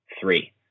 three